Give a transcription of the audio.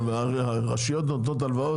הרשויות נותנות הלוואות?